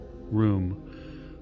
room